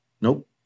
Nope